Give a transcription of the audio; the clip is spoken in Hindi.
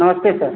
नमस्ते सर